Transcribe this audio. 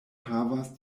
havas